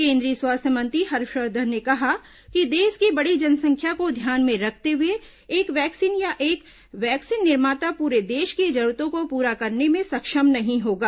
केन्द्रीय स्वास्थ्य मंत्री हर्षवर्धन ने कहा कि देश की बड़ी जनसंख्या को ध्यान में रखते हुए एक वैक्सीन या एक वैक्सीन निर्माता पूरे देश की जरूरतों को पूरा करने में सक्षम नहीं होगा